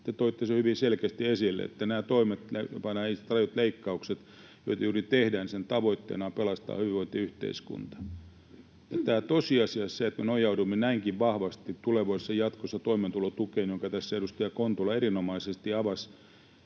Te toitte sen hyvin selkeästi esille, että näiden toimien, jopa näiden rajujen leikkausten, joita juuri tehdään, tavoitteena on pelastaa hyvinvointiyhteiskunta. Tosiasiassa se, että me nojaudumme näinkin vahvasti jatkossa toimeentulotukeen, mitä tässä edustaja Kontula erinomaisesti avasi,